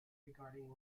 regarding